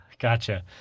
gotcha